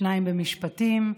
שניים במשפטים.